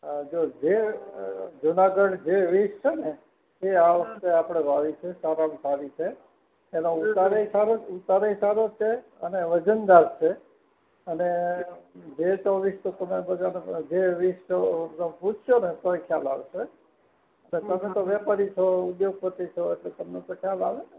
હા જે જુનાગઢ જે રીચ છે ને એ આ વખતે આપણે વાવી છે સારામાં સારી છે એનો ઉતારેય સારો ઉતારેય સારો છે અને વજનદાર છે અને વેચ વીસ તો તમને બધાને પણ જે વેચતા હોય તમે પૂછશો ને તો ય ખ્યાલ આવશે તો તમે તો વેપારી છો ઉદ્યોગપતિ છો તો તમને તો ખ્યાલ આવે ને